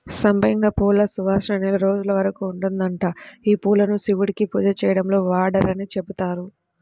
సంపెంగ పూల సువాసన నెల రోజుల వరకు ఉంటదంట, యీ పూలను శివుడికి పూజ చేయడంలో వాడరని చెబుతారు